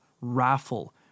raffle